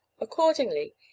Accordingly